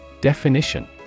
Definition